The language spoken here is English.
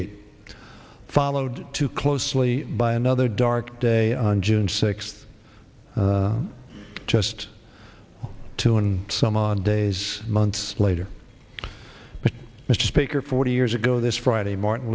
eight followed too closely by another dark day on june sixth just two and some odd days months later but mr speaker forty years ago this friday martin